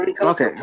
Okay